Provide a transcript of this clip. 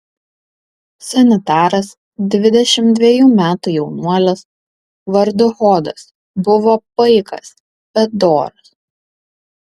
sanitaras dvidešimt dvejų metų jaunuolis vardu hodas buvo paikas bet doras